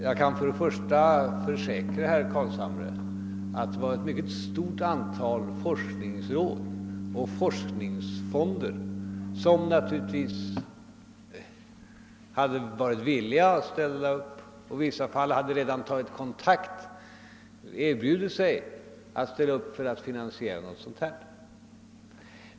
Herr talman! Jag kan försäkra herr Carlshamre att ett mycket stort antal forskningsråd och forskningsfonder var villiga att ställa upp, och i vissa fall hade också kontakt tagits, och man hade erbjudit sig att finansiera detta arbete.